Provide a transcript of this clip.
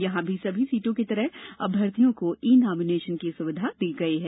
यहां भी सभी सीटों की तरह अभ्यर्थीयों को ई नामिनेशन की सुविधा दी गई है